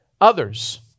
others